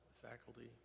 faculty